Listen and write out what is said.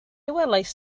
welaist